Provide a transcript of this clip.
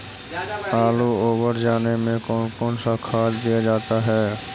आलू ओवर जाने में कौन कौन सा खाद दिया जाता है?